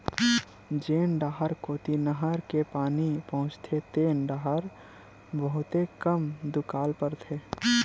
जेन डाहर कोती नहर के पानी पहुचथे तेन डाहर बहुते कम दुकाल परथे